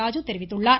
ராஜு தெரிவித்துள்ளார்